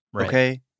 Okay